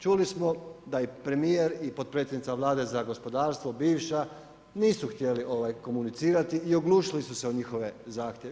Čuli smo da je premijer i potpredsjednica Vlade za gospodarstvo, bivša, nisu htjeli komunicirati i oglušili su se o njihove zahtjeve.